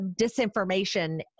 disinformation